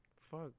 Fuck